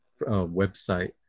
website